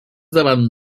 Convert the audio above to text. davant